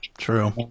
True